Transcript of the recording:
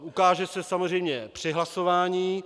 Ukáže se samozřejmě při hlasování.